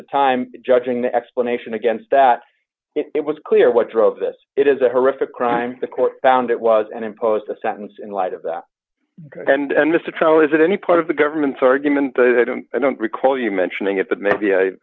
the time judging the explanation against that it was clear what drove this it is a horrific crime the court found it was and imposed a sentence in light of that and this a trial is it any part of the government's argument that i don't recall you mentioning it but maybe i